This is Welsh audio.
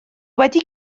wedi